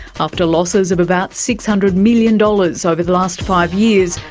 after losses of about six hundred million dollars over the last five years,